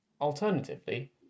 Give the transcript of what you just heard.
Alternatively